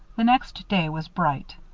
the next day was bright,